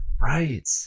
Right